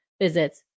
visits